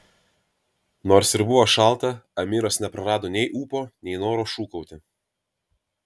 nors ir buvo šalta amiras neprarado nei ūpo nei noro šūkauti